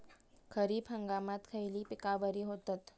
खरीप हंगामात खयली पीका बरी होतत?